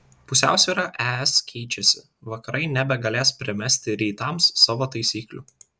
pusiausvyra es keičiasi vakarai nebegalės primesti rytams savo taisyklių